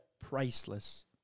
priceless